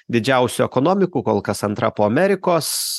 didžiausių ekonomikų kol kas antra po amerikos